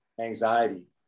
anxiety